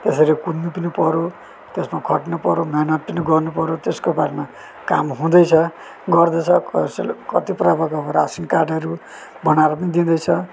त्यसरी कुद्नु पनि पऱ्यो त्यसमा खट्नु पऱ्यो मिहिनेत पनि गर्नुपऱ्यो त्यसको बादमा काम हुँदैछ गर्दैछ कति प्रकारको अब रासन कार्डहरू बनाएर पनि दिँदैछ